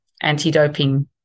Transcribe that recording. anti-doping